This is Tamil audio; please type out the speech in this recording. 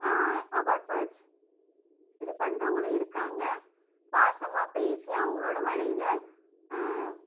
அபாட் இது பண்ணுறவுங்களும் இருக்காங்க பாசமாக பேசி அவங்களோட வலையில்